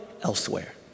elsewhere